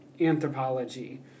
anthropology